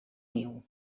niu